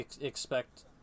expect